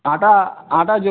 आटा आटा जो